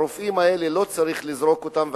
לא צריך לזרוק את הרופאים האלה,